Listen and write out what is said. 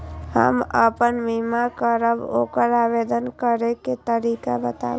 हम आपन बीमा करब ओकर आवेदन करै के तरीका बताबु?